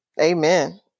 Amen